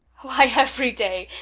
why, every day,